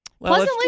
Pleasantly